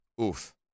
Oof